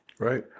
right